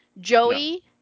Joey